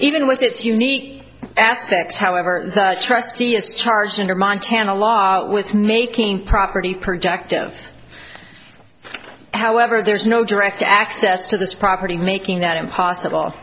even with its unique aspects however the trustee is charged under montana law with making property projective however there's no direct access to this property making that impossible